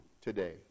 today